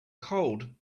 cold